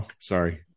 Sorry